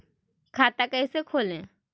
खाता कैसे खोले?